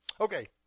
Okay